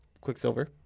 quicksilver